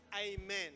amen